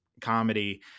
comedy